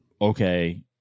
okay